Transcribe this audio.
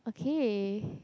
okay